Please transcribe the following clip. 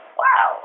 wow